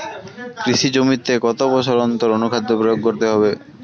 কৃষি জমিতে কত বছর অন্তর অনুখাদ্য প্রয়োগ করতে হবে?